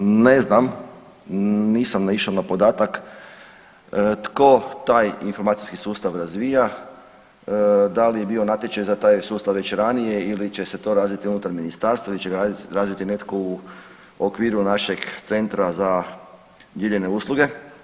Ne znam, nisam naišao na podatak tko taj informacijski sustav razvija, da li je bio natječaj za taj sustav već ranije ili će se to razviti unutar ministarstva ili će ga razviti netko u okviru našeg centra za dijeljenje usluge.